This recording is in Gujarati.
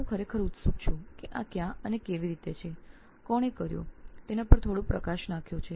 હું ખરેખર ઉત્સુક છે કે આ ક્યાં અને કેવી રીતે છે કોણે કર્યું તેના પર થોડો પ્રકાશ નાખીએ